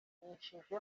yamenyesheje